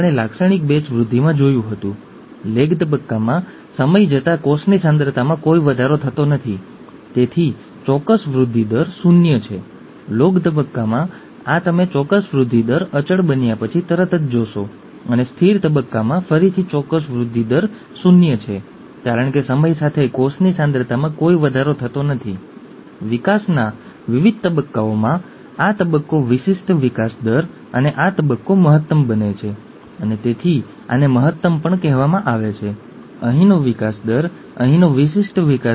તે લાક્ષણિક અવલોકનક્ષમ લક્ષણો છે અથવા બીજા શબ્દોમાં કહીએ તો પાત્રો સામાન્ય રીતે અવલોકનક્ષમ વસ્તુ છે હું અહીં ફક્ત પરિભાષા મેપિંગ નો ઉપયોગ કરું છું તેથી આ પાસા જો તેનું નિરીક્ષણ કરી શકાય તો તેને પાત્ર કહેવામાં આવે છે અને તે એક વારસાગત લક્ષણ છે